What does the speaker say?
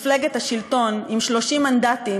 מפלגת השלטון עם 30 מנדטים,